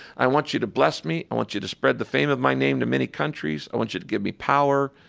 i want you to bless me. i want you to spread the fame of my name to many countries. i want you to give me power,